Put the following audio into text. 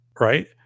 right